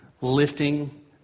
lifting